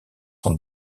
son